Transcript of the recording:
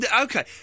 Okay